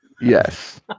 Yes